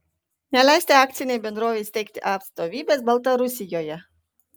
neleisti akcinei bendrovei steigti atstovybės baltarusijoje